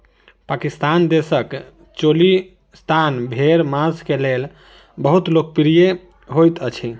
पाकिस्तान देशक चोलिस्तानी भेड़ मांस के लेल बहुत लोकप्रिय होइत अछि